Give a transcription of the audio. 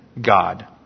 God